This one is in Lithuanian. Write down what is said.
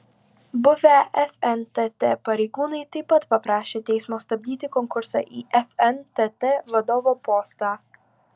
buvę fntt pareigūnai taip pat paprašė teismo stabdyti konkursą į fntt vadovo postą